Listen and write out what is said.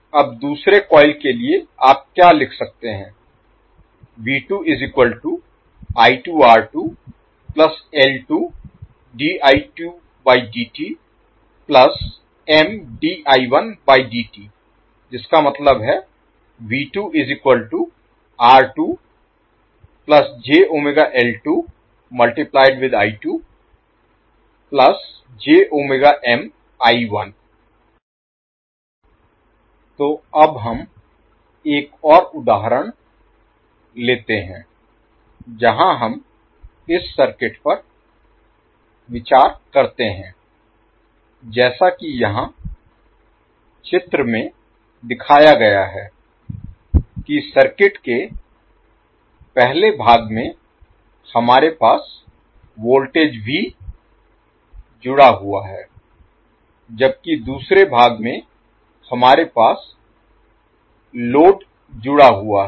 अब दूसरे कॉइल के लिए आप क्या लिख सकते हैं तो अब हम एक और उदाहरण लेते हैं जहाँ हम इस सर्किट पर विचार करते हैं जैसा कि यहाँ चित्र में दिखाया गया है कि सर्किट के पहले भाग में हमारे पास वोल्टेज V जुड़ा हुआ है जबकि दूसरे भाग में हमारे पास लोड जुड़ा हुआ है